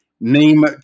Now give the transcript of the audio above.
Name